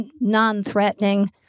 non-threatening